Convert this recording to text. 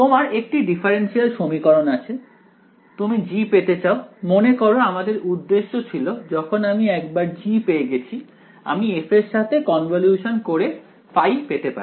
তোমার একটি ডিফারেন্সিয়াল সমীকরণ আছে তুমি G পেতে চাও মনে করো আমাদের উদ্দেশ্য ছিল যখন আমি একবার G পেয়ে গেছি আমি f এর সাথে কনভলিউশন করে ϕ পেতে পারি